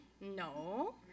No